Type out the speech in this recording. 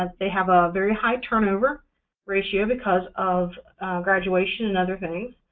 um they have a very high turnover ratio because of graduation and other things,